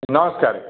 ନମସ୍କାର